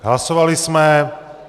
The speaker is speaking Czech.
Hlasovali jsme...